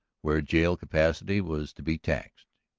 where jail capacity was to be taxed.